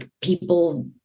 people